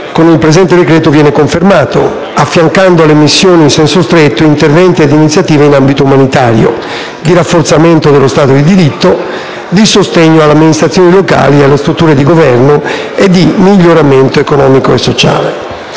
con il presente decreto viene confermato, affiancando alle missioni in senso stretto interventi ed iniziative in ambito umanitario, di rafforzamento dello stato di diritto, di sostegno alle amministrazioni locali e alle strutture di governo e di miglioramento economico e sociale.